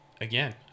again